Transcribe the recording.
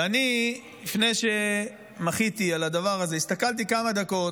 ואני, לפני שמחיתי על הדבר הזה, הסתכלתי כמה דקות.